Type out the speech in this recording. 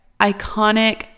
iconic